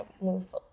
move